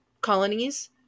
colonies